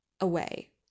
away